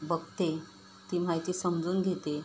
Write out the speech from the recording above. बघते ती माहिती समजून घेते